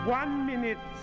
one-minute